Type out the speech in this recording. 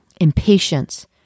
impatience